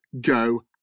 go